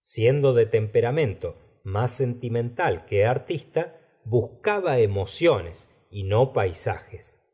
siendo de temperamento mas sentimental que artista buscaba emociones y no paisajes